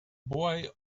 boy